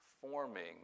forming